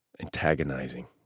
antagonizing